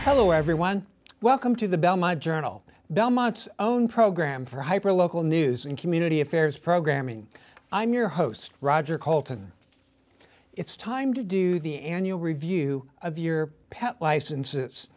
hello everyone welcome to the bell my journal belmont's own program for hyper local news and community affairs programming i'm your host roger cult and it's time to do the annual review of your pet licenses